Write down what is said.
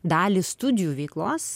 dalį studijų veiklos